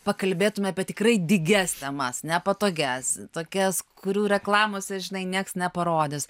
pakalbėtume apie tikrai dygias temas nepatogias tokias kurių reklamose žinai nieks neparodys